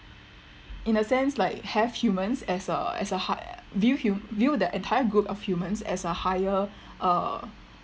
in a sense like have humans as a as a high uh view hu~ view the entire group of humans as a higher uh